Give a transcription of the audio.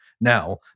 Now